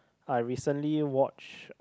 I recently watch